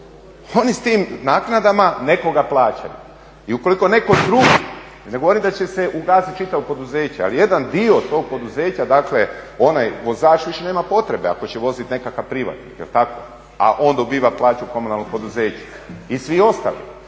oni s tim naknadama nekoga plaćaju. I ukoliko netko drugi, ja ne govorim da će se ugasiti čitavo poduzeće ali jedan dio tog poduzeća, dakle onaj vozač više nema potrebe ako će voziti nekakav privatnik a on dobiva plaću u komunalnom poduzeću i svi ostali.